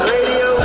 Radio